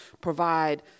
provide